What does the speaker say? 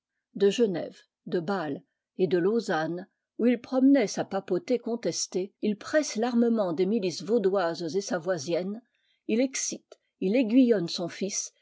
de genève de bàle et de lausanne où il promenait sa papauté contestée il presse l'armement des milices vaudoiscs et savoisiennes il excite il aiguillonne son fils